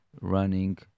running